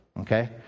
Okay